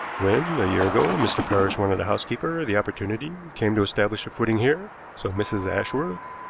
when, a year ago, mr. parrish wanted a housekeeper the opportunity came to establish a footing here so mrs. ashworth,